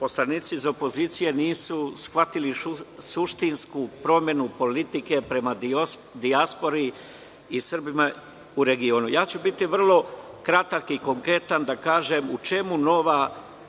poslanici opozicije nisu shvatili suštinsku promenu politike prema dijaspori i Srbima u regionu. Biću vrlo kratak i konkretan, da kažem u čemu će nova